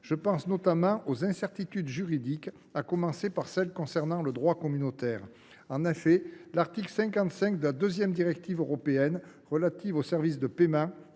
Je pense, notamment, aux incertitudes juridiques, à commencer par celles qui concernent le droit communautaire. En effet, l’article 55 de la deuxième directive européenne sur les services de paiement,